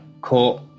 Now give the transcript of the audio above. caught